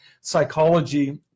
psychology